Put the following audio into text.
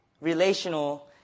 relational